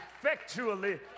effectually